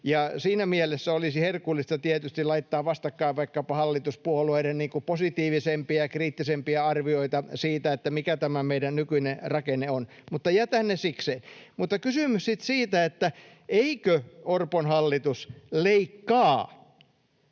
Siinä mielessä olisi herkullista tietysti laittaa vastakkain vaikkapa hallituspuolueiden positiivisempia ja kriittisempiä arvioita siitä, mikä tämä meidän nykyinen rakenne on. Mutta jätän ne sikseen. Mutta kysymys sitten siitä, eikö Orpon hallitus leikkaa: